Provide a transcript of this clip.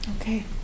Okay